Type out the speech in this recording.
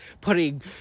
putting